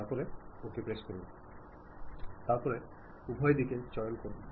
ഇപ്പോൾ നിങ്ങൾ എന്തിനാണ് നിങ്ങളുടെ സുഹൃത്തിനെ തിരഞ്ഞെടുത്തത്